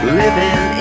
living